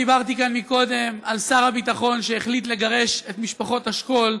דיברתי כאן קודם על שר הביטחון שהחליט לגרש את משפחות השכול: